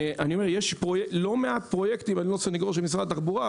אני לא סנגור של משרד התחבורה,